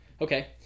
Okay